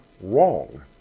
wrong